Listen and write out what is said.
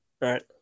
Right